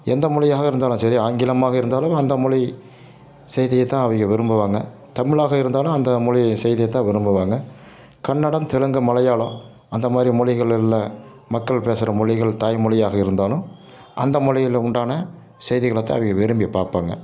எந்த மொழியாக இருந்தாலும் சரி ஆங்கிலமாக இருந்தாலும் அந்த மொழி செய்தியைத்தான் அவக விரும்புவாங்க தமிழாக இருந்தாலும் அந்த மொழி செய்தியைத்தான் விரும்புவாங்க கன்னடம் தெலுங்கு மலையாளம் அந்தமாதிரி மொழிகள்ல்ல மக்கள் பேசுகிற மொழிகள் தாய்மொழியாக இருந்தாலும் அந்த மொழியில் உண்டான செய்திகளைத்தான் அவக விரும்பிப் பார்ப்பாங்க